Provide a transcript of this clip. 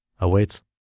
awaits